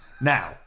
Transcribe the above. Now